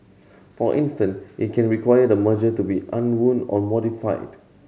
for instance it can require the merger to be unwound or modified